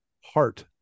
heart